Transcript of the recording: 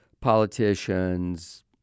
politicians